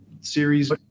series